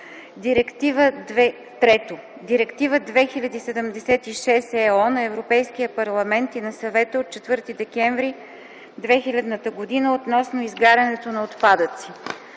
Директива 2000/76/ ЕО на Европейския парламент и на Съвета от 4 декември 2000 г. относно изгарянето на отпадъците.